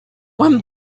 when